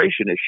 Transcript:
issue